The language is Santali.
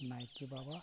ᱱᱟᱭᱠᱮ ᱵᱟᱵᱟ